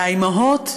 והאימהות,